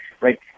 right